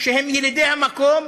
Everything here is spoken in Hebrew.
שהם ילידי המקום,